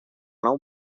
nou